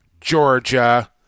Georgia